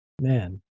Man